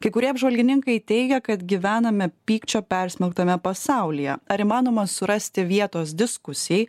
kai kurie apžvalgininkai teigia kad gyvename pykčio persmelktame pasaulyje ar įmanoma surasti vietos diskusijai